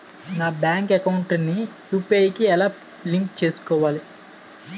నా bank account ని UPI కి ఎలా లింక్ చేసుకోవాలి?